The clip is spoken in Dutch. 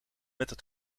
het